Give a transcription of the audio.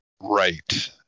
right